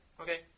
Okay